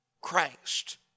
Christ